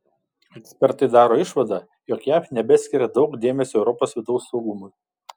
ekspertai daro išvadą jog jav nebeskiria daug dėmesio europos vidaus saugumui